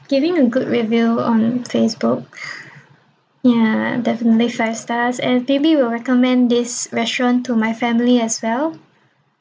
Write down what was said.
giving a good review on facebook ya definitely five stars and maybe will recommend this restaurant to my family as well